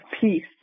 peace